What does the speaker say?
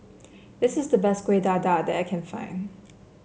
this is the best Kueh Dadar that I can find